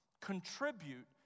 contribute